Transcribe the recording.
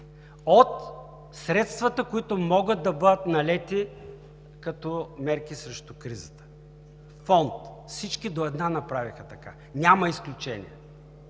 от средствата, които могат да бъдат налети като мерки срещу кризата. Фонд! Всички – до една, направиха така, няма изключения.